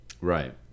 right